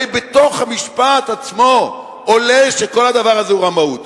הרי בתוך המשפט עצמו עולה שכל הדבר הזה הוא רמאות,